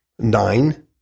Nine